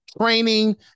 training